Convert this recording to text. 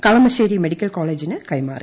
Kalamassery medical കോളേജിന് കൈമാറി